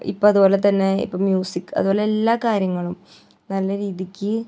ഇപ്പം അത്പോലെ തന്നെ ഇപ്പം മ്യൂസിക് അത്പോലെ എല്ലാ കാര്യങ്ങളും നല്ല രീതിക്ക്